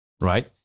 right